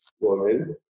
woman